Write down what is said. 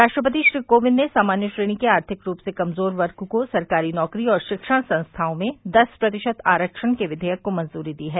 राष्ट्रपति श्री कोविन्द ने सामान्य श्रेणी के आर्थिक रूप से कमज़ोर वर्ग को सरकारी नौकरी और शिक्षण संस्थाओं में दस प्रतिशत आरक्षण के विधेयक को मंजूरी दी है